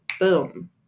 Boom